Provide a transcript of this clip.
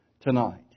tonight